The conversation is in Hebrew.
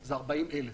זה 40,000